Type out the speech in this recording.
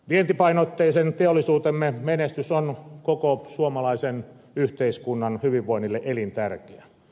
vientipainotteisen teollisuutemme menestys on koko suomalaisen yhteiskunnan hyvinvoinnille elintärkeä